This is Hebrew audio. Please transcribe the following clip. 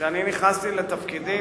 כשאני נכנסתי לתפקידי,